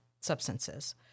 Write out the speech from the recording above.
substances